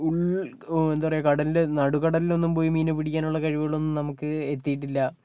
ഉൾ എന്താ പറയുക കടലിൻ്റെ നടു കടലിലൊന്നും പോയി മീനെ പിടിക്കാനുള്ള കഴിവുകളൊന്നും നമുക്ക് എത്തിയിട്ടില്ല